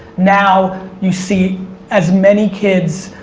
now you see as many kids,